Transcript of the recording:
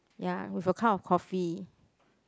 ya with a cup of coffee